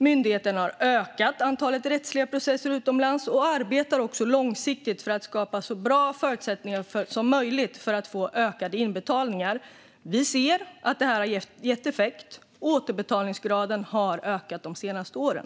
Myndigheten har ökat antalet rättsliga processer utomlands och arbetar också långsiktigt för att skapa så bra förutsättningar som möjligt för att få ökade inbetalningar. Vi ser att det här har gett effekt. Återbetalningsgraden har ökat de senaste åren.